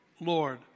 Lord